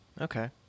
Okay